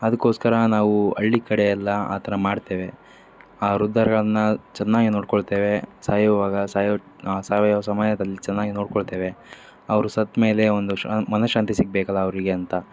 ಅದಕೋಸ್ಕರ ನಾವು ಹಳ್ಳಿ ಕಡೆ ಎಲ್ಲ ಆ ಥರ ಮಾಡ್ತೇವೆ ಆ ವೃದ್ಧರನ್ನು ಚೆನ್ನಾಗಿ ನೋಡಿಕೊಳ್ತೇವೆ ಸಾಯೋವಾಗ ಸಾಯೋ ಸಾವಯವ ಸಮಯದಲ್ಲಿ ಚೆನ್ನಾಗೇ ನೋಡಿಕೊಳ್ತೇವೆ ಅವರು ಸತ್ತ ಮೇಲೆ ಒಂದು ಶ ಮನಃಶಾಂತಿ ಸಿಗಬೇಕಲ್ಲ ಅವರಿಗೆ ಅಂತ